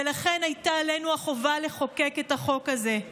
ולכן הייתה עלינו החובה לחוקק את החוק הזה.